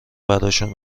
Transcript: براشون